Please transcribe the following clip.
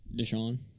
Deshaun